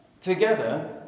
Together